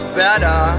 better